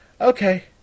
Okay